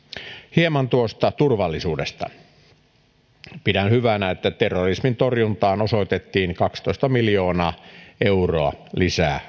hieman tuosta turvallisuudesta pidän hyvänä että terrorismin torjuntaan osoitettiin kaksitoista miljoonaa euroa lisää